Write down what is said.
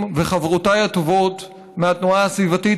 וחברותיי הטובות מהתנועה הסביבתית,